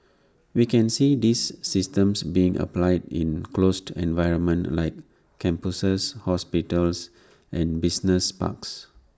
we can see these systems being applied in closed environments like campuses hospitals and business parks